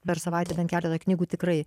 per savaitę bent keleta knygų tikrai